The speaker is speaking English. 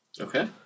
Okay